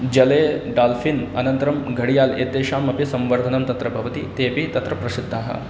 जले डाल्फ़िन् अनन्तरं घडियाल एतेषामपि संवर्धनं तत्र भवति ते अपि तत्र प्रसिद्धाः